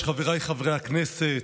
חבריי חברי הכנסת,